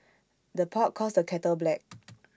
the pot calls the kettle black